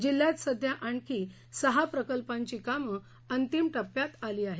जिल्ह्यात सध्या आणखी सहा प्रकल्पांची कामं अंतिम टप्प्यात आली आहेत